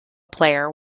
player